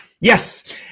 Yes